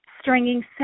stringing